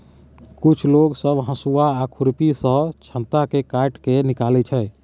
कुछ लोग सब हसुआ आ खुरपी सँ छत्ता केँ काटि केँ निकालै छै